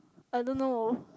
I don't know